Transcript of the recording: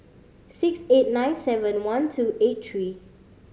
six eight nine seven one two eight three